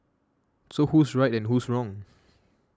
so who's right and who's wrong